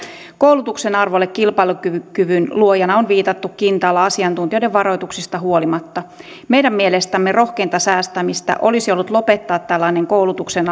koulutuksen arvolle kilpailukyvyn luojana on viitattu kintaalla asiantuntijoiden varoituksista huolimatta meidän mielestämme rohkeinta säästämistä olisi ollut lopettaa tällainen koulutuksen